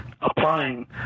applying